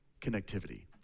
connectivity